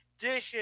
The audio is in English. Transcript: dishes